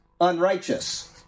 unrighteous